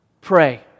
Pray